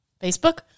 Facebook